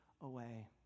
away